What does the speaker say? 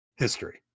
History